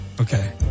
Okay